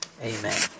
Amen